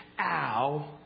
Ow